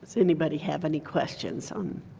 anybody have any questions?